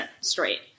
straight